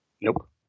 nope